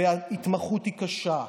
וההתמחות היא קשה,